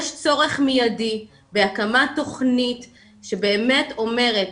יש צורך מיידי בהקמת תכנית שבאמת אומרת,